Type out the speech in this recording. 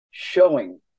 showing